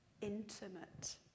intimate